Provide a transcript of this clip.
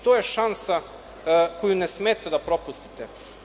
To je šansa koju ne smete da propustite.